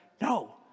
No